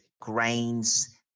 grains